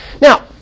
Now